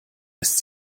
lässt